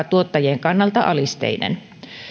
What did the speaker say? tuottajien kannalta alisteinen